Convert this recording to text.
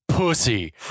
pussy